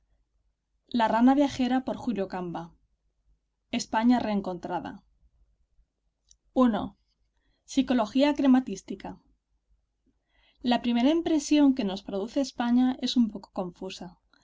españa reencontrada i psicología crematística la primera impresión que nos produce españa es un poco confusa